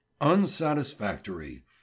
Unsatisfactory